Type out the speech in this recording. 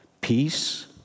peace